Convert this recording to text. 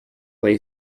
lay